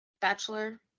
Bachelor